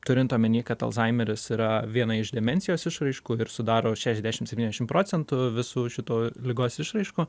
turint omeny kad alzhaimeris yra viena iš demencijos išraiškų ir sudaro šešiasdešim septyniasdešim procentų visų šitų ligos išraiškų